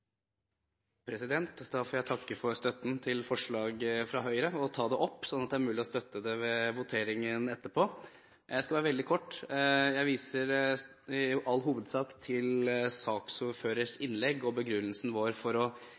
Da får jeg takke for støtten til forslaget fra Høyre og ta det opp, slik at det er mulig å støtte det ved voteringen etterpå. Jeg skal være veldig kort. Jeg viser i all hovedsak til saksordførers innlegg og begrunnelsen vår